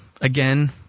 Again